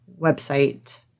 website